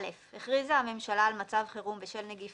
2.(א)הכריזה הממשלה על מצב חירום בשל נגיף